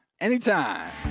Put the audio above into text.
anytime